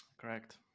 Correct